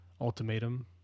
ultimatum